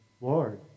Lord